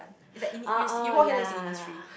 orh orh ya